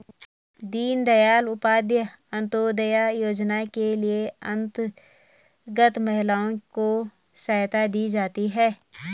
दीनदयाल उपाध्याय अंतोदय योजना के अंतर्गत महिलाओं को सहायता दी जाती है